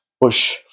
push